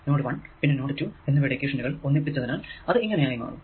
node 1 പിന്നെ node 2 എന്നിവയുടെ ഇക്വേഷനുകൾ ഒന്നിപ്പിച്ചതിനാൽ അത് ഇങ്ങനെ ആയി മാറും